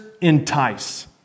entice